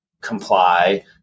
comply